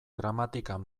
gramatikal